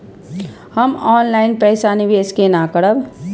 हम ऑनलाइन पैसा निवेश केना करब?